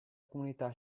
comunità